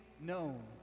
known